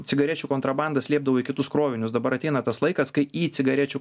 cigarečių kontrabandą slėpdavo į kitus krovinius dabar ateina tas laikas kai į cigarečių